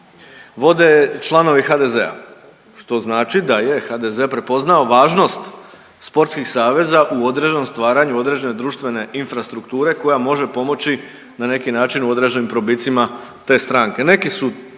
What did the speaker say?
vode članovi HDZ-a što znači da je HDZ prepoznao važnost sportskih saveza u određenom stvaranju određene društvene infrastrukture koja može pomoći na neki način u određenim probicima te stranke.